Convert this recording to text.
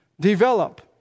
develop